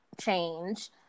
change